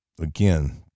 again